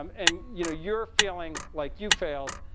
um and you know you're feeling like you failed.